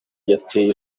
yarateye